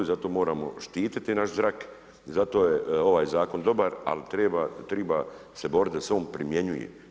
I zato moramo štiti naš zrak, zato je ovaj zakon dobar ali treba se boriti da se on primjenjuje.